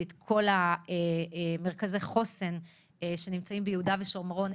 את כל מרכזי החוסן שנמצאים ביהודה ושומרון,